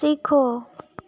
सीखो